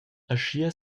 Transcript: aschia